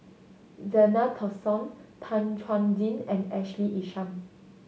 Zena Tessensohn Tan Chuan Jin and Ashley Isham